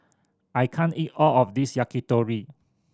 I can't eat all of this Yakitori